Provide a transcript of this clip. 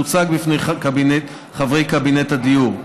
תוצג בפני חברי קבינט הדיור.